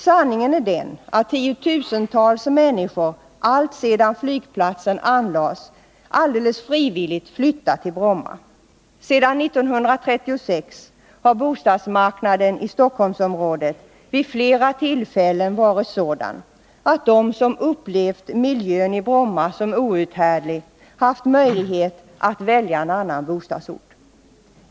Sanningen är den att tiotusentals människor alltsedan flygplatsen anlades alldeles frivilligt flyttat till Bromma. Sedan 1936 har bostadsmarknaden i Stockholmsområdet vid flera tillfällen varit sådan att de som upplevt miljön i Bromma som outhärdlig haft möjligheter att välja en annan bostadsort.